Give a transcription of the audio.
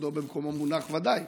וכבודו במקומו מונח ודאי,